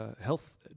health